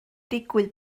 digwydd